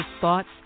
thoughts